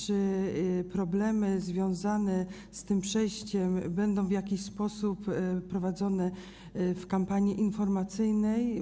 Czy problemy związane z tym przejściem będą w jakiś sposób poruszane w kampanii informacyjnej?